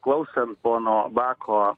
klausant pono bako